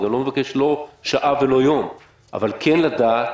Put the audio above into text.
אני לא מבקש לא שעה ולא יום אבל כן לדעת